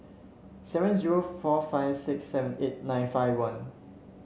seven zero four five six seven eight nine five one